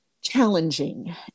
challenging